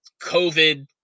covid